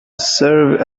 serve